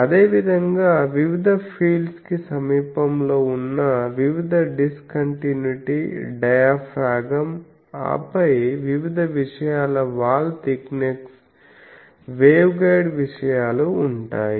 అదేవిధంగా వివిధ ఫీల్డ్స్ కి సమీపంలో ఉన్న వివిధ డిస్కంటిన్యుటీ డయాఫ్రాగమ్ ఆపై వివిధ విషయాల వాల్ థిక్నెస్ వేవ్ గైడ్ విషయాలు ఉంటాయి